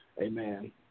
Amen